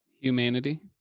humanity